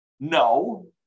No